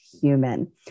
Human